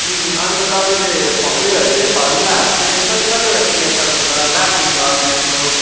अँ अन्त तपाईँले उयोहरू चाहिँ फर्मुलाहरू चाहिँ कति कतिवटा सिकाइसक्नुभयो कहाँ पुग्नुभयो म्याथ्सको